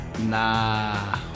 Nah